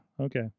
okay